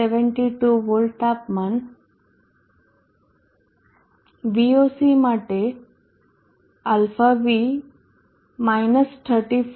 72 volt VOC માટે αv 0